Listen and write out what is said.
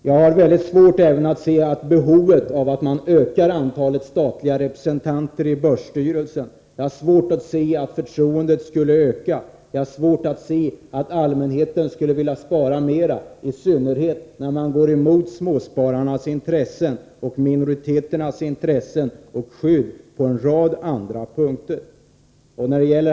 Jag har mycket svårt att inse behovet av ett ökat antal statliga representanter i börsstyrelsen. Jag tror inte att det skulle öka förtroendet eller leda till att allmänheten skulle vilja spara mer —i synnerhet inte som man på en rad andra punkter går emot småspararnas och minoriteternas intressen. När det gäller handelslagren måste jag tillägga följande.